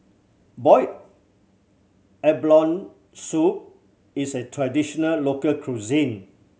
boiled abalone soup is a traditional local cuisine